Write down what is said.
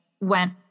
went